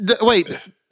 Wait